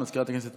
מזכירת הכנסת